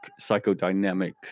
psychodynamic